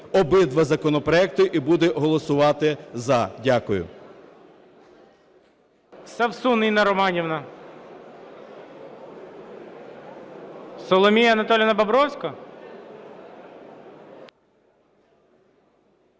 обидва законопроекти і буде голосувати "за". Дякую.